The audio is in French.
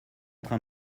train